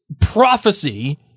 prophecy